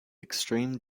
extreme